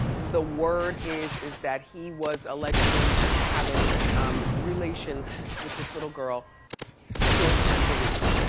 the word is is that he was allegedly having relations with this little girl four times a week.